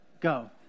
Go